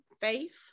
Faith